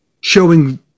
showing